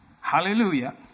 Hallelujah